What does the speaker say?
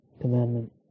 commandment